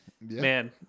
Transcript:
man